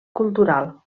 cultural